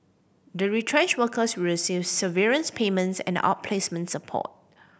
the retrenched workers will receive severance payments and outplacements support